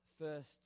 First